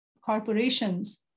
corporations